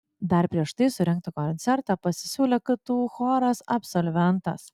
dar prieš tai surengti koncertą pasisiūlė ktu choras absolventas